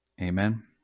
Amen